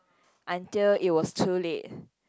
until it was too late